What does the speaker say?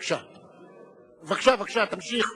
בבקשה, תמשיך.